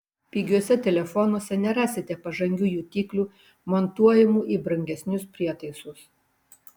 pigiuose telefonuose nerasite pažangių jutiklių montuojamų į brangesnius prietaisus